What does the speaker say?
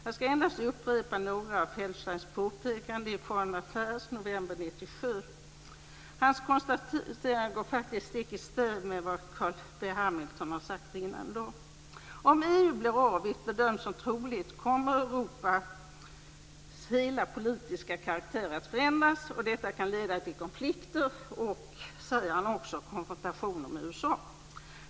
Jag ska upprepa några av Martin Feldsteins påpekanden gjorda i Foreign Affairs från november 1997. Hans konstateranden går faktiskt stick i stäv med vad Carl B Hamilton sagt tidigare i dag: Om EMU blir av, vilket bedöms som troligt, kommer Europas hela politiska karaktär att förändras, och detta kan leda till konflikter och konfrontationer med USA.